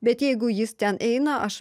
bet jeigu jis ten eina aš